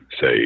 say